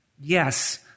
Yes